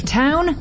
town